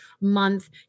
month